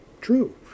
true